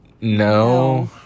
no